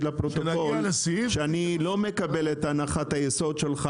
לפרוטוקול שאני לא מקבל את הנחת היסוד שלך,